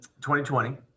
2020